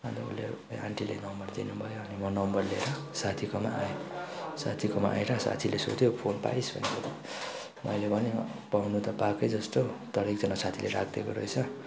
अन्त उसले आन्टीले नम्बर दिनु भयो अनि म नम्बर लिएर साथीकोमा आएँ साथीकोमा आएर साथीले सोध्यो फोन पाइस भनेर मैले भनेँ पाउनु त पाएकै जस्तो तर एकजना साथीले राखिदिएको रहेछ